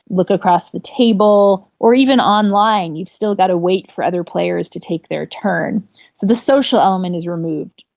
look across the table, or even online you've still got to wait for other players to take their turn. so the social element is removed.